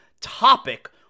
topic